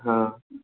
हँ